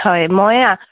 হয় মই